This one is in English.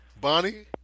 Bonnie